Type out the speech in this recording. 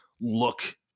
look